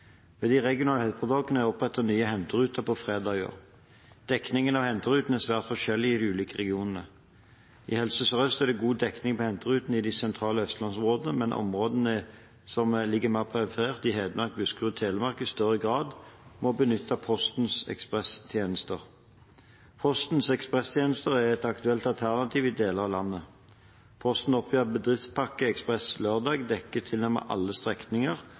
Ved de regionale helseforetakene er det opprettet nye henteruter på fredager. Dekningen til henterutene er svært forskjellig i de ulike regionene. I Helse Sør-Øst er det god dekning på henterutene i de sentrale østlandsområdene, mens områdene som ligger mer perifert i Hedmark, Buskerud og Telemark, i større grad må benytte Postens ekspresstjenester. Postens ekspresstjenester er et aktuelt alternativ i deler av landet. Posten oppgir at Bedriftspakke Ekspress Lørdag dekker tilnærmet alle strekninger